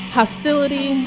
hostility